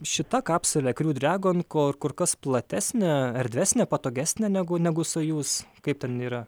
šita kapsulė kriu dragon kur kas platesnė erdvesnė patogesnė negu negu sojuz kaip ten yra